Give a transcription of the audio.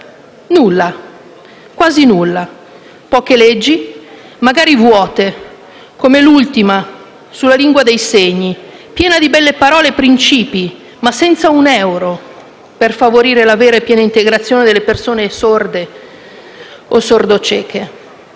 Nulla. Quasi nulla. Poche leggi, magari vuote, come l'ultima sulla lingua dei segni, un provvedimento pieno di belle parole e principi, ma senza un euro per favorire la vera e piena integrazione delle persone sorde o sordocieche.